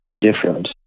different